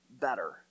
better